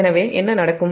எனவே என்ன நடக்கும்